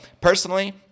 personally